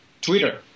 Twitter